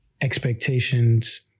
expectations